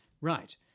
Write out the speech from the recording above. Right